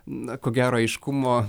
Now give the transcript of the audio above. na ko gero aiškumo